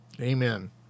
Amen